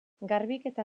garbiketa